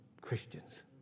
Christians